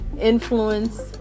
influence